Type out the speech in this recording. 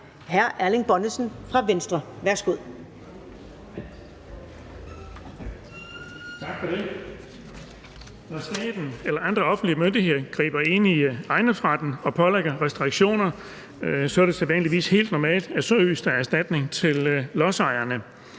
Erling Bonnesen (V): Tak for det. Når staten eller andre offentlige myndigheder griber ind i ejendomsretten og pålægger restriktioner, er det sædvanligvis helt normalt, at der så ydes erstatning til lodsejerne.